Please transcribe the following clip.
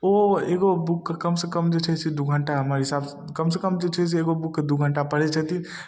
ओ एगो बुकके कम सँ कम जे छै से दू घण्टामे हमरा हिसाब कम सँ कम जे छै से एगो बुकके दू घण्टा पढ़ै छथिन